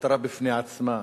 מטרה בפני עצמה.